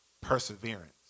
perseverance